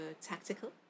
tactical